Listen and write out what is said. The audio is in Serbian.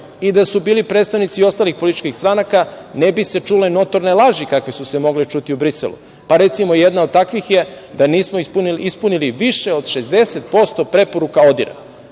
i da su bili predstavnici ostalih političkih stranaka, ne bi se čule notorne laži, kakve su se mogle čuti u Briselu. Recimo, jedna od takvih je da nismo ispunili više od 60% preporuka ODIR-a,